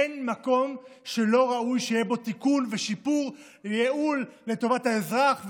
אין מקום שלא ראוי שיהיה בו תיקון ושיפור וייעול לטובת האזרח וכו',